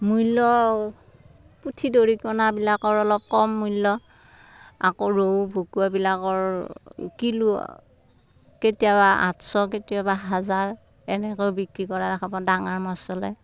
মূল্য় পুঠি দৰিকণাবিলাকৰ অলপ কম মূল্য় আকৌ ৰৌ ভকুৱাবিলাকৰ কিলো কেতিয়াবা আঠশ কেতিয়াবা হাজাৰ এনেকৈ বিক্ৰী কৰা দেখা পাওঁ ডাঙাৰ মাছ হ'লে